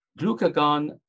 glucagon